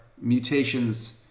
mutations